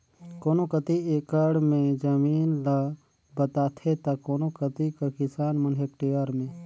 कोनो कती एकड़ में जमीन ल बताथें ता कोनो कती कर किसान मन हेक्टेयर में